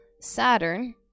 saturn